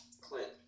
Clint